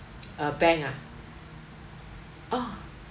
a bank ah oh